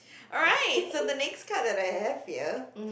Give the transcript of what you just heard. alright so the next card that I have here